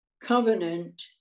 Covenant